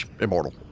immortal